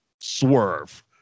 Swerve